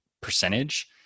percentage